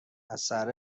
اثر